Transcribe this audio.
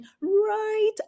right